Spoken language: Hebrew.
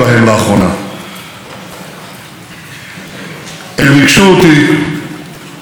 הם ריגשו אותי עד עמקי ליבי והם המחישו